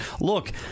look—